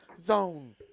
zone